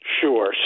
Sure